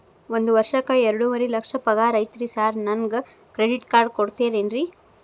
ಒಂದ್ ವರ್ಷಕ್ಕ ಎರಡುವರಿ ಲಕ್ಷ ಪಗಾರ ಐತ್ರಿ ಸಾರ್ ನನ್ಗ ಕ್ರೆಡಿಟ್ ಕಾರ್ಡ್ ಕೊಡ್ತೇರೆನ್ರಿ?